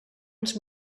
ens